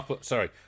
sorry